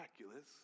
miraculous